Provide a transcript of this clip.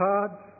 Cards